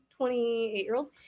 28-year-old